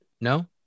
No